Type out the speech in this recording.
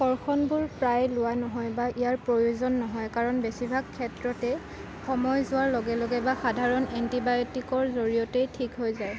কৰ্ষণবোৰ প্ৰায়ে লোৱা নহয় বা ইয়াৰ প্ৰয়োজন নহয় কাৰণ বেছিভাগ ক্ষেত্ৰতে সময় যোৱাৰ লগে লগে বা সাধাৰণ এন্টিবায়টিকৰ জৰিয়তেই ঠিক হৈ যায়